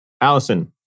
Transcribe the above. Allison